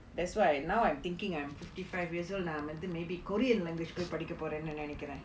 that's why now I'm thinking I'm fifty five years old நா வந்து:naa vanthu maybe korean language போய் படிக்க போறேன்னு நினைக்கிறே:poi padika poraenu ninaikiraen